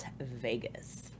Vegas